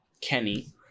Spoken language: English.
Kenny